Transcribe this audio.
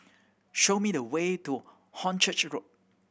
show me the way to Hornchurch Road